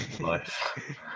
life